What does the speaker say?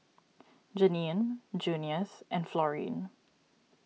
Jeannine Junius and Florene